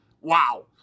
wow